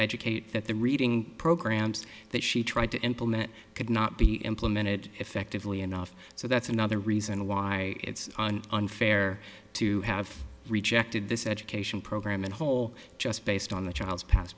that the reading programs that she tried to implement could not be implemented effectively enough so that's another reason why it's an unfair to have rejected this education program in whole just based on the